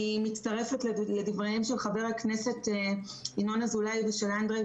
אני מצטרפת לדבריהם של חבר הכנסת ינון אזולאי ושל אנדריי,